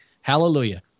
hallelujah